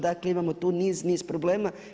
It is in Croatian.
Dakle, imamo tu niz, niz problema.